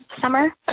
summer